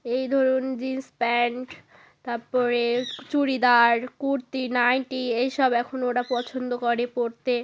এই ধরুন jeans pant তারপরে চুড়িদার কুর্তি নাইটি এই সব এখন ওরা পছন্দ করে পরতে